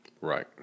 Right